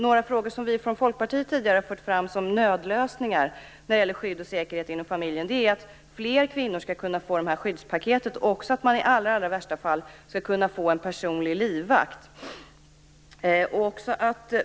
Några frågor som vi från Folkpartiet tidigare har fört fram som nödlösningar när det gäller skydd och säkerhet inom familjen är att fler kvinnor skall kunna få ett skyddspaket, och i allra värsta fall en personlig livvakt.